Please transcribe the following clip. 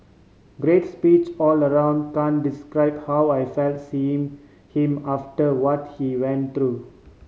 great speech all the round can describe how I felt seeing him after what he went through